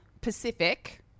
Pacific